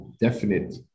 definite